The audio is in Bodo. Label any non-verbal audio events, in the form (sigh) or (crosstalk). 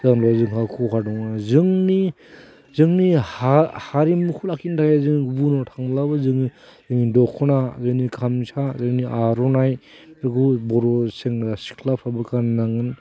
(unintelligible) जोंहा खहा दङ जोंनि जोंनि हारिमुखौ लाखिनो थाखाय जों बुंनो थांब्लाबो जोङो दख'ना जोंनि गामसा जोंनि आर'नाइ बेफोरखौ बर' सेंग्रा सिख्लाफोरा गाननांगोन